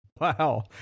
wow